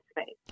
space